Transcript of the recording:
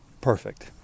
perfect